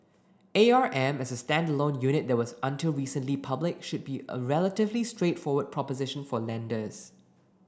A R M as a standalone unit that was until recently public should be a relatively straightforward proposition for lenders